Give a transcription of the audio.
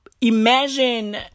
imagine